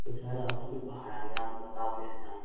sir अब तो में बाहर आ गया अब बताओ कैसे आऊं